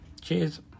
Cheers